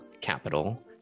capital